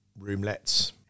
roomlets